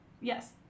Yes